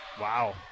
Wow